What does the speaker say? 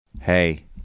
hey